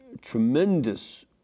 tremendous